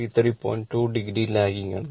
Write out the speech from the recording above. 2 o lagging ആണ്